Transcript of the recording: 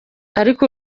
ariko